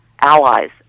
allies